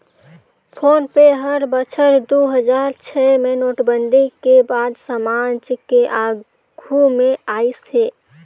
phone पे हर बछर दू हजार छै मे नोटबंदी के बाद समाज के आघू मे आइस हे